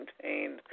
contained